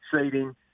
seating